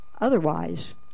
Otherwise